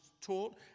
taught